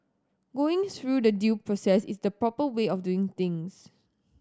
going through the due process is the proper way of doing things